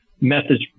methods